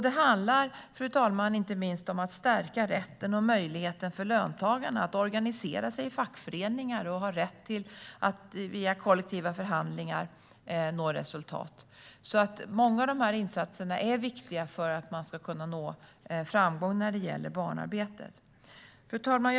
Det handlar, fru talman, inte minst om att stärka rätten och möjligheten för löntagarna att organisera sig i fackföreningar att via kollektiva förhandlingar nå resultat. Många av dessa insatser är viktiga för att man ska kunna nå framgång när det gäller barnarbete. Fru talman!